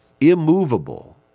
immovable